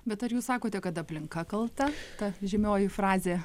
bet ar jūs sakote kad aplinka kalta ta žymioji frazė